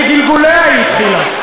לגלגוליה, היא התחילה.